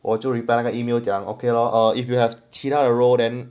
我就 reply 那个 email if 讲 okay lah or if you have 其他的 role and